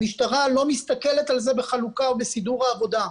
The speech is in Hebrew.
המשטרה לא מסתכלת על זה בחלוקה או בסידור העבודה.